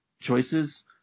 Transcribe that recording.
choices